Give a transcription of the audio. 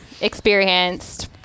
experienced